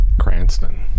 Cranston